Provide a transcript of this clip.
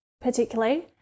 particularly